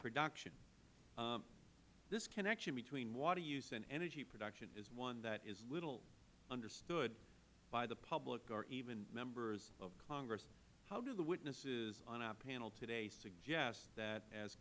production this connection between water use and energy production is one that is little understood by the public or even members of congress how do the witnesses on our panel today suggest that as